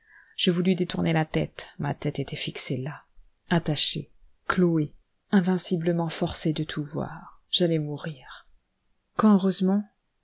je voulus détourner la tête ma tête était fixée là attachée clouée invinciblement forcée de tout voir j'allais mourir quand heureusement